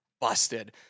busted